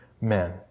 men